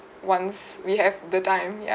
once we have the time ya